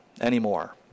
anymore